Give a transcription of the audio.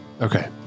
Okay